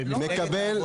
מקבל.